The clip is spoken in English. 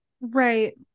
right